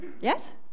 Yes